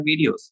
videos